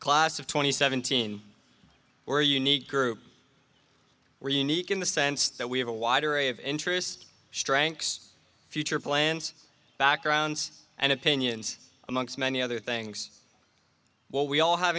class of twenty seventeen or a unique group we're unique in the sense that we have a wide array of interest strengths future plans backgrounds and opinions amongst many other things what we all have